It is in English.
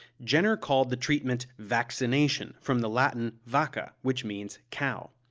jenner called the treatment vaccination from the latin vacca, which means cow.